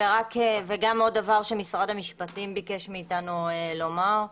ועוד דבר שמשרד המשפטים ביקש מאיתנו לומר,